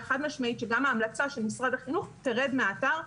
חד משמעית שגם ההמלצה של משרד החינוך תרד מהאתר.